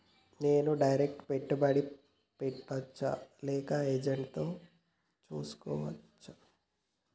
నేను డైరెక్ట్ పెట్టుబడి పెట్టచ్చా లేక ఏజెంట్ తో చేస్కోవచ్చా?